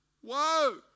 Whoa